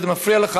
שזה מפריע לך,